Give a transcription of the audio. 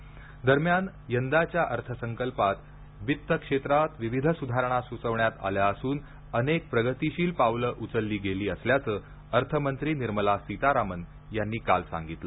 अर्थमंत्री पत्रकार परिषद यंदाच्या अर्थसंकल्पात वित्त क्षेत्रात विविध सुधारणा सुचवण्यात आल्या असून अनेक प्रगतीशील पावले उचलली गेली असल्याचं अर्थमंत्री निर्मला सीतारामन यांनी काल सांगितलं